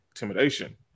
intimidation